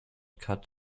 cut